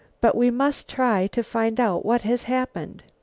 but we must try to find out what has happened.